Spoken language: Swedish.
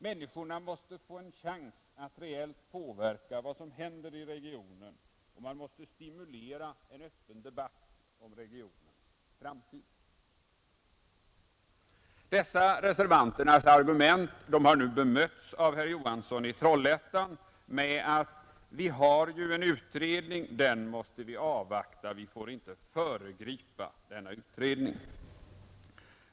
Människorna måste få en chans att reellt påverka vad som händer i regionen och man måste stimulera en öppen debatt om regionens framtid. Dessa reservanternas argument har nu bemötts av herr Johansson i Trollhättan med: Vi har en utredning. Den måste vi avvakta. Vi får inte föregripa denna utredning.